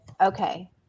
okay